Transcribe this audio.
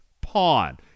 Pawn